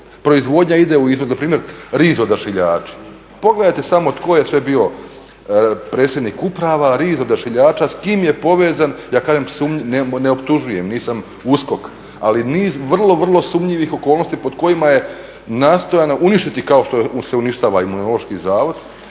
proizvodnja ide u izvoz. Npr. RIZ Odašiljači, pogledajte samo tko je sve bio predsjednik uprava RIZ Odašiljača, s kim je povezan, ja kažem sumnjiv, ne optužujem, nisam USKOK, ali niz vrlo, vrlo sumnjivih okolnosti pod kojima je nastojano uništiti kao što se uništava Imunološki zavod